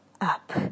up